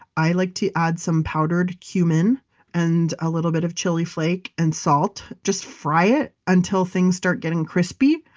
i like to add some powdered cumin and a little bit of chili flake and salt and just fry it until things start getting crispy.